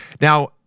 Now